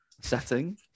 setting